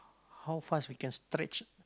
how fast we can stretch